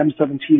M17